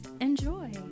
Enjoy